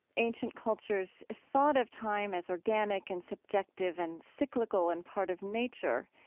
ancient cultures thought of time as organic and subjective and cyclical and part of nature.